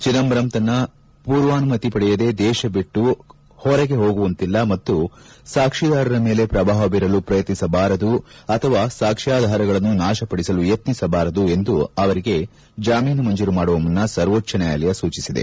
ಚಿದಂಬರಂ ತನ್ನ ಪೂರ್ವಾಸುಮತಿ ಪಡೆಯದೆ ದೇಶ ಬಿಟ್ಲು ಹೊರಗೆ ಹೋಗುವಂತಿಲ್ಲ ಮತ್ತು ಸಾಕ್ಷೀದಾರರ ಮೇಲೆ ಪ್ರಭಾವ ಬೀರಲು ಪ್ರಯತ್ನಿಸಬಾರದು ಅಥವಾ ಸಾಕ್ಸ್ತಾಧಾರಗಳನ್ನು ನಾಶಗೊಳಿಸಲು ಯತ್ನಿಸಬಾರದು ಎಂದು ಅವರಿಗೆ ಜಾಮೀನು ಮಂಜೂರು ಮಾಡುವ ಮುನ್ನ ಸರ್ವೋಚ್ಲ ನ್ಯಾಯಾಲಯ ಸೂಚಿಸಿದೆ